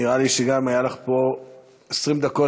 נראה לי שגם אם היו לך פה 20 דקות,